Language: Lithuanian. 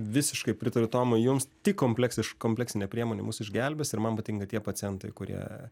visiškai pritariu tomui jums tik kompleksiškai kompleksinė priemonė mus išgelbės ir man patinka tie pacientai kurie